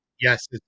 Yes